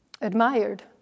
admired